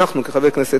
בנמל התעופה,